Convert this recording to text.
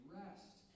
rest